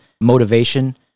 motivation